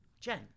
Jen